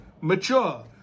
mature